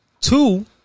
Two